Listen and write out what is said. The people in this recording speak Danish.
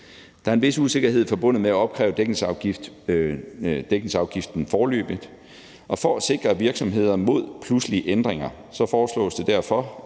Der er en vis usikkerhed forbundet med at opkræve dækningsafgiften foreløbigt, og for at sikre virksomheder mod pludselige ændringer foreslås det derfor,